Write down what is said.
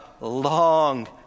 long